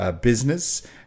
business